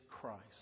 Christ